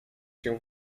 się